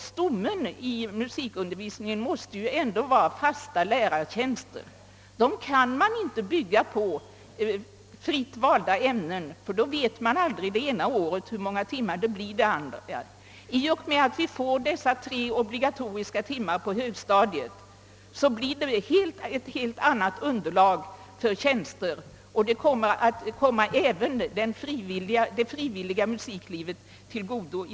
Stommen i musikundervisningen måste ju ändå vara fasta lärartjänster, och dem kan man inte bygga på fritt valda ämnen — då vet man aldrig det ena året hur många timmar det blir nästa. I och med att musiken får tre obligatoriska timmar på högstadiet åstadkommer vi ett helt annat underlag för tjänster, och detta kommer i stor utsträckning även det frivilliga musiklivet till godo.